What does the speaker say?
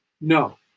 No